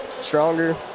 stronger